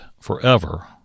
forever